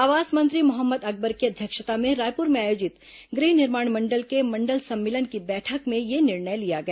आवास मंत्री मोहम्मद अकबर की अध्यक्षता में रायपुर में आयोजित गृह निर्माण मंडल के मंडल सम्मिलन की बैठक में यह निर्णय लिया गया